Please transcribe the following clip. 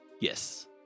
Yes